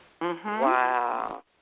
wow